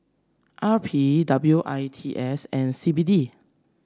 R P W I T S and C B D